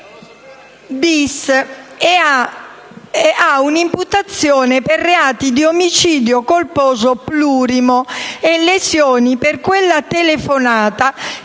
*bis* e ha un'imputazione per reati di omicidio colposo plurimo e lesioni per quella telefonata